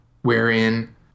wherein